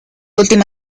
última